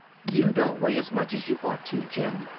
you don't weigh as much as you ought to, jim,